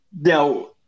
Now